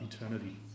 eternity